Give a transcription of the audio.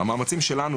המאמצים שלנו